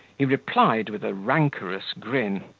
he replied with a rancorous grin,